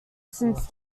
since